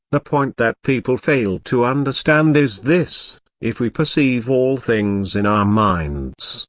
the point that people fail to understand is this if we perceive all things in our minds,